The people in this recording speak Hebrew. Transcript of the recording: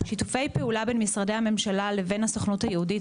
שיתופי פעולה בין משרדי הממשלה לבין הסוכנות היהודית